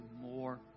more